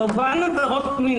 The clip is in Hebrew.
קורבנות עבירות מין,